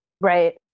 Right